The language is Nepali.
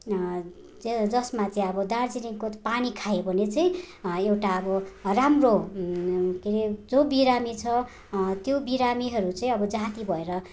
ज्य जसमा चाहिँ अब दार्जिलिङको पानी खायो भने चाहिँ एउटा अब राम्रो के अरे जो बिरामी छ त्यो बिरामीहरू चाहिँ अब जाती भएर